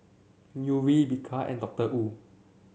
Yuri Bika and Doctor Wu